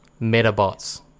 Metabots